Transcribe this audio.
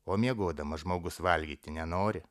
o miegodamas žmogus valgyti nenori